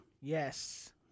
Yes